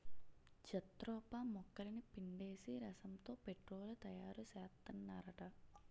jatropha మొక్కలని పిండేసి రసంతో పెట్రోలు తయారుసేత్తన్నారట